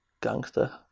gangster